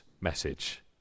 message